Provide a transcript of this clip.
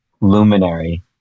luminary